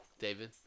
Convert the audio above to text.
David